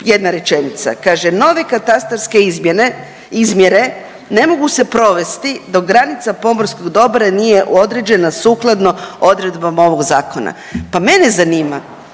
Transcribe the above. jedna rečenica. Kaže nove katastarske izmjere ne mogu se provesti dok granica pomorskog dobra nije određena sukladno odredbom ovog zakona. Pa mene zanima,